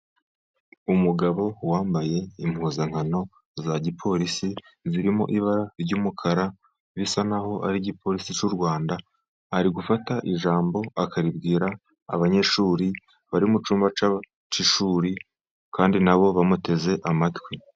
Umugabo wambaye impuzankano za gipolisi zirimo ibara ry'umukara bisa naho ari igipolisi cy'u Rwanda, ari gufata ijambo akaribwira abanyeshuri bari mu cyumba cy'ishuri kandi nabo bamuteze amatwi.